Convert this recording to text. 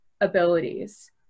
abilities